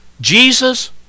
Jesus